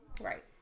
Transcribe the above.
Right